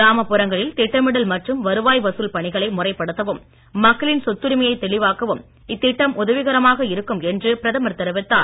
கிராமப் புறங்களில் திட்டமிடல் மற்றும் வருவாய் வசூல் பணிகளை முறைப்படுத்தவும் மக்களின் சொத்துரிமையை தெளிவாக்கவும் இத்திட்டம் உதவிகரமாக இருக்கும் என்று பிரதமர் தெரிவித்தார்